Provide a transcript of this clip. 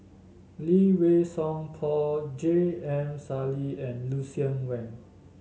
Lee Wei Song Paul J M Sali and Lucien Wang